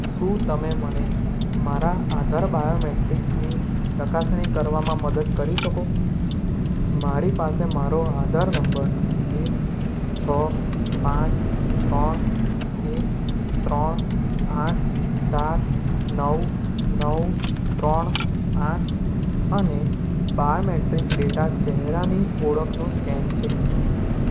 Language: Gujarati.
શું તમે મને મારા આધાર બાયોમેટ્રીક્સની ચકાસણી કરવામાં મદદ કરી શકો મારી પાસે મારો આધાર નંબર એક છો પાંચ ત્રણ એક ત્રણ આઠ સાત નવ નવ ત્રણ આઠ અને બાયોમેટ્રિક ડેટા ચહેરાની ઓળખનું સ્કેન છે